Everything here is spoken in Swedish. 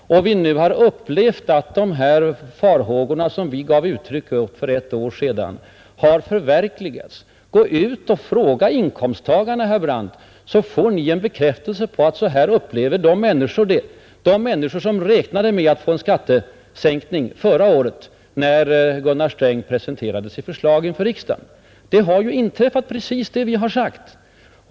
Vi har nu konstaterat att de farhågor som vi gav uttryck åt för ett år sedan har förverkligats. Gå ut och fråga inkomsttagarna, herr Brandt, så får ni en bekräftelse på att så här upplever människorna det, de människor som förra året räknade med att få en skattesänkning när Gunnar Sträng presenterade sitt förslag inför riksdagen. Just det vi har sagt har ju inträffat!